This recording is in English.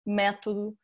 método